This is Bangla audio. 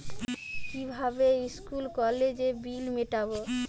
কিভাবে স্কুল কলেজের বিল মিটাব?